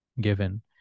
given